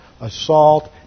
assault